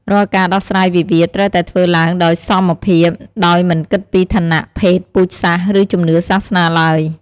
រាល់ការដោះស្រាយវិវាទ ត្រូវតែធ្វើឡើងដោយសមភាព ដោយមិនគិតពីឋានៈ ភេទ ពូជសាសន៍ ឬជំនឿសាសនាឡើយ។